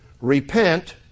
Repent